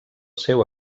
seu